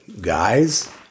guys